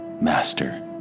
Master